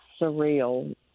surreal